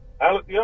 Alex